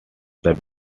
built